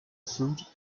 fruit